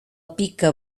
pica